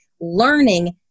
learning